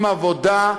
עם עבודה,